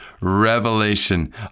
revelation